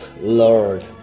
Lord